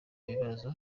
bibazo